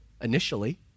initially